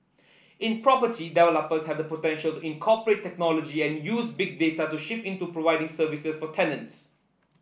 in property developers have the potential to incorporate technology and use Big Data to shift into providing services for tenants